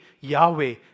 Yahweh